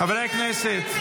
חברי הכנסת,